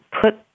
put